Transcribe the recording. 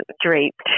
draped